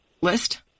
list